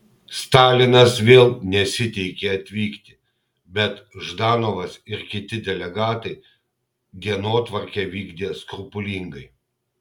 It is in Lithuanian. stalinas vėl nesiteikė atvykti bet ždanovas ir kiti delegatai dienotvarkę vykdė skrupulingai